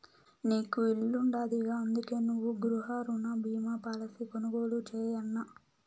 నీకు ఇల్లుండాదిగా, అందుకే నువ్వు గృహరుణ బీమా పాలసీ కొనుగోలు చేయన్నా